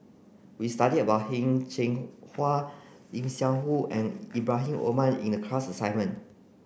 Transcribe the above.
we studied about Heng Cheng Hwa Lim Seok Hui and Ibrahim Omar in the class assignment